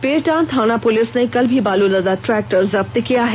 पीरटांड थाना पुलिस ने कल भी बालू लदा ट्रेक्टर जब्त किया है